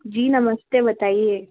जी नमस्ते बताइए